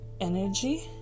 energy